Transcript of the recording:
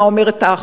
מה אומרת האחות,